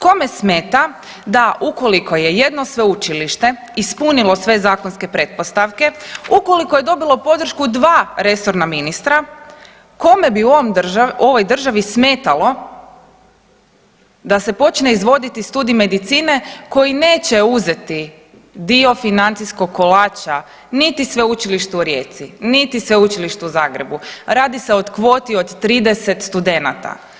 Kome smeta da ukoliko je jedno sveučilište ispunilo sve zakonske pretpostavke, ukoliko je dobilo podršku 2 resorna ministra, kome bi u ovoj državi smetalo da se počne izvoditi studij medicine koji neće uzeti dio financijskog kolača niti Sveučilištu u Rijeci, niti Sveučilištu u Zagrebu, radi se o kvoti od 30 studenata.